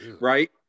right